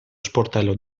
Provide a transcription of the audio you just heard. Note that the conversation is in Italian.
sportello